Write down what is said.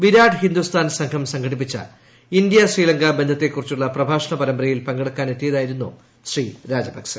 വിരാട് ഹിന്ദുസ്ഥാൻ സംഘം സംഘടിപ്പിച്ച ഇന്ത്യ ശ്രീലങ്ക ബന്ധത്തെക്കുറിച്ചുളള പ്രഭാഷണ പരമ്പരയിൽ പങ്കെടുക്കാനെത്തിയതായിരുന്നു ശ്രീ രാജപക്സെ